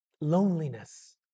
Loneliness